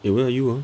eh where are you ah